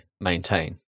maintain